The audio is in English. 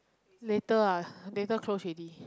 later ah later close already